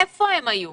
איפה היו הבדיקות.